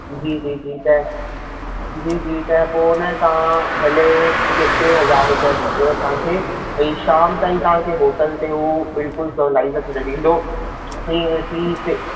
जी जी जी त जी जी त पोइ न तव्हां भले टीह टे हज़ार रुपया ॾिजो असांखे ऐं शाम ताईं तव्हांखे होटल ते हू बिल्कुलु सवलाईअ सां छॾे ॾींदो हींअर थी हिते